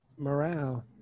morale